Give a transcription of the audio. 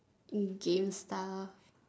hmm game stuff